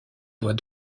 doit